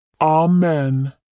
Amen